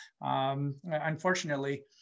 Unfortunately